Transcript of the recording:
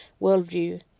worldview